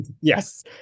Yes